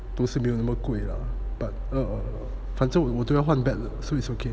都是没有那么贵了 but err 反正我我都要换 bat 了 so it's okay